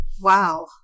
Wow